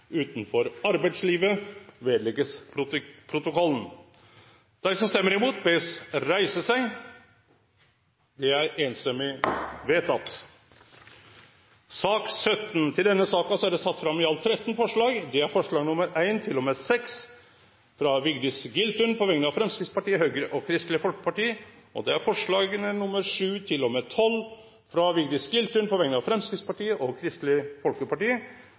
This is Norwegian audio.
utenfor arbeidslivet.» Venstre har varsla at dei støttar forslaga. Under debatten er det sett fram i alt 13 forslag. Det er forslaga nr. 1–6, frå Vigdis Giltun på vegner av Framstegspartiet, Høgre og Kristeleg Folkeparti forslaga nr. 7–12, frå Vigdis Giltun på vegner av Framstegspartiet og Kristeleg Folkeparti